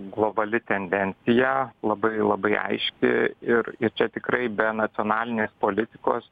globali tendencija labai labai aiški ir ir čia tikrai be nacionalinės politikos